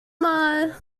mal